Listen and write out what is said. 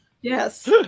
Yes